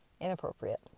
Inappropriate